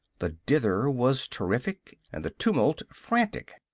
the dither was terrific and the tumult frantic.